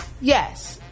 Yes